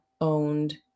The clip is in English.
owned